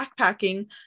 backpacking